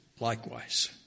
Likewise